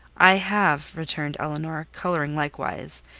i have, returned elinor, colouring likewise,